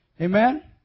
Amen